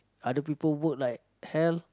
other people work like hell